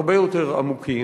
הרבה יותר עמוקים,